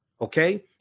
okay